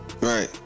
Right